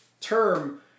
term